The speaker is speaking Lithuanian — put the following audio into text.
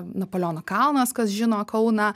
napoleono kalnas kas žino kauną